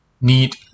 need